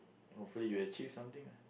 hopefully you'll achieve something lah